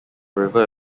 river